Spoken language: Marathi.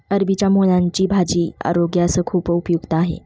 अरबीच्या मुळांची भाजी आरोग्यास खूप उपयुक्त आहे